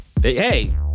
Hey